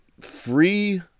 Free